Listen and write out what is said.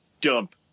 dump